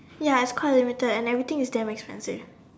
ya it's quite limited and everything is damn expensive